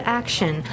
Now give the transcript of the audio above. action